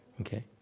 okay